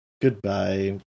goodbye